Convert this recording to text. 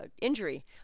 injury